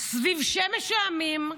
סביב שמש העמים,